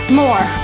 more